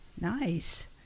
Nice